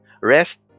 REST